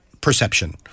perception